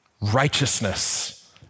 righteousness